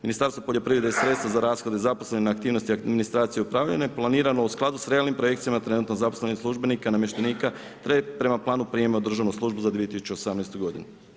Ministarstvo poljoprivrede sredstva za rashode zaposlenih na aktivnostima administracije i upravljanje planirano u skladu sa realnim projekcijama trenutno zaposlenih službenika, namještenika te prema planu prijema u državnu službu za 2018. godinu.